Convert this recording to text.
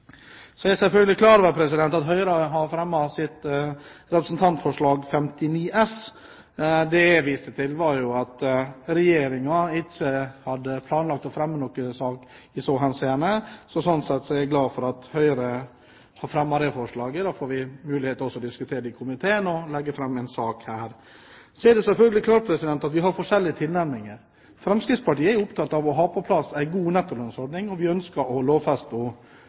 Så er jeg selvfølgelig klar over at Høyre har fremmet sitt representantforslag 59 S. Det jeg viste til, var at Regjeringen ikke hadde planlagt å fremme noen sak i så henseende. Sånn sett er jeg glad for at Høyre har fremmet det forslaget. Da får vi også mulighet til å diskutere det i komiteen og legge fram en sak her. Det er selvfølgelig klart at vi har forskjellige tilnærminger. Fremskrittspartiet er opptatt av å ha på plass en god nettolønnsordning, og vi ønsker å lovfeste